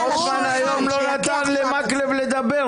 רוטמן היום לא נתן למקלב לדבר,